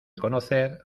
conocer